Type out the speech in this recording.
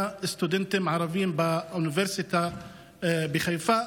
סטודנטים ערבים באוניברסיטה בחיפה.